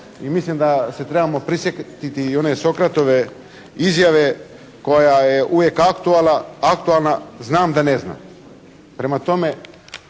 i mislim da se trebamo prisjetiti i one Sokratove izjave koja je uvijek aktualna: "Znam da ne znam." Prema tome,